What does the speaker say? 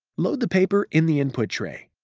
load the paper in the input tray.